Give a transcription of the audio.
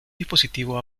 dispositivo